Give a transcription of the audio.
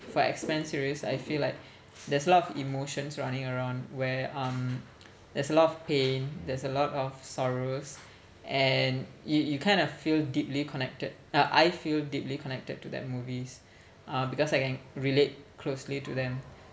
for X men series I feel like there's a lot of emotions running around where um there's a lot of pain there's a lot of sorrows and you you kind of feel deeply connected uh I feel deeply connected to that movies uh because I can relate closely to them